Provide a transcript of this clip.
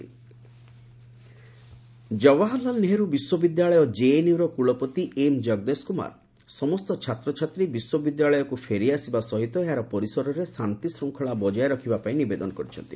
JNU protest Jawaharlal Nehru ବିଶ୍ୱବିଦ୍ୟାଳୟ ଜେଏନ୍ୟୁର କୂଳପତି ଏମ୍ ଜଗଦେଶକୁମାର ସମସ୍ତ ଛାତ୍ରଛାତ୍ରୀ ବିଶ୍ୱବିଦ୍ୟାଳୟକୁ ଫେରିଆସିବା ସହିତ ଏହାର ପରିସରରେ ଶାନ୍ତିଶୃଙ୍ଖଳା ବଜାୟ ରଖିବା ପାଇଁ ନିବେଦନ କରିଛନ୍ତି